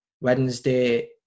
Wednesday